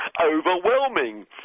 overwhelming